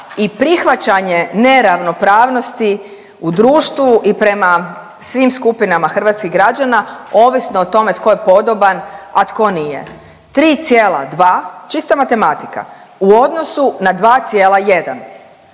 i prihvaćanje neravnopravnosti u društvu i prema svim skupinama hrvatskih građana, ovisno o tome tko je podoban, a tko nije. 3,2, čista matematika, u odnosu na 2,1.